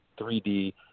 3D